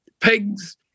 pigs